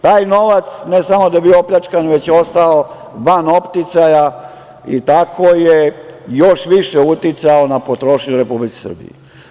Taj novac ne samo da je bio opljačkan, već je ostao van opticaja i tako je još više uticao na potrošnju u Republici Srbiji.